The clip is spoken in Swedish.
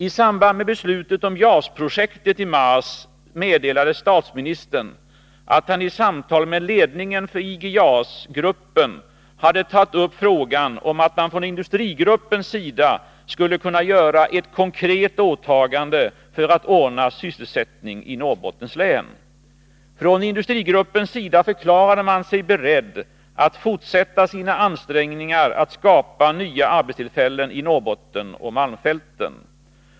I samband med beslutet om JAS-projektet i mars meddelade statsministern att han i samtal med ledningen för IG-JAS-gruppen hade tagit upp frågan om att man från industrigruppens sida skulle kunna göra ett konkret åtagande för att ordna sysselsättning i Norrbottens län. Från industrigruppens sida förklarade man sig beredd att fortsätta sina ansträngningar att skapa nya arbetstillfällen i Norrbotten och malmfälten.